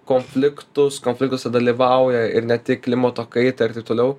konfliktus konfliktuose dalyvauja ir ne tik klimato kaitą ir taip toliau